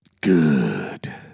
Good